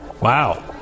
Wow